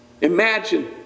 imagine